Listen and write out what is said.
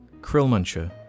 Krillmuncher